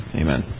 amen